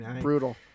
brutal